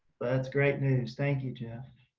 that's great news. thank you jeff.